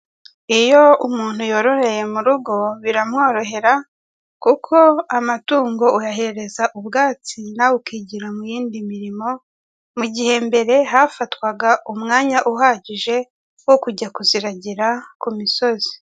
Iyo umuntu yororeye mu rugo biramworohera kuko amatungo uyahereza ubwatsi nawe ukigira mu yindi mirimo, mu gihe mbere hafatwaga umwanya uhagije wo kujya kuziragira ku misozi.